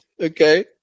Okay